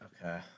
okay